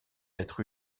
être